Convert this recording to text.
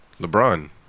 LeBron